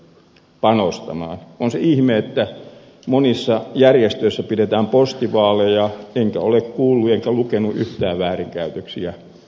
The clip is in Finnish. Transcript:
on se ihme että monissa järjestöissä pidetään postivaaleja enkä ole kuullut enkä lukenut yhtään väärinkäytöksistä